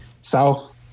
South